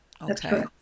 Okay